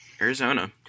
Arizona